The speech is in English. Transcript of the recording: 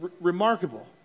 remarkable